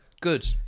Good